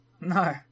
No